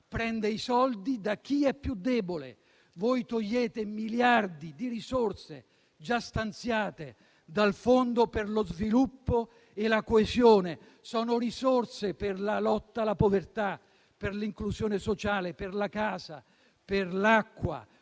Prende i soldi da chi è più debole: voi togliete miliardi di risorse già stanziate dal Fondo per lo sviluppo e la coesione, che sono risorse per la lotta alla povertà, per l'inclusione sociale, per la casa, per l'acqua,